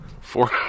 Four